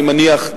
אני מניח,